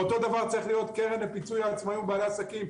אותו דבר צריך להיות קרן לפיצוי בעצמאיים ובעלי העסקים.